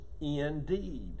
indeed